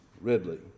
Ridley